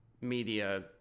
media